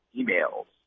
emails